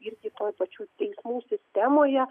ir toj pačių teismų sistemoje